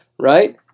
right